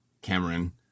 Cameron